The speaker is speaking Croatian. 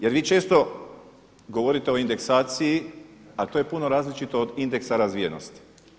Jer vi često govorite o indeksaciji, a to je puno različito od indeksa razvijenosti.